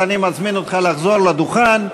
אז אני מזמין אותך לחזור לדוכן.